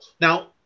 now